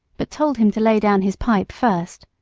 but told him to lay down his pipe first.